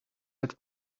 het